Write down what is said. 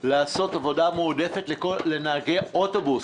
לעשות עבודה מועדפת לנהגי אוטובוס.